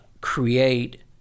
create